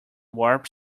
warp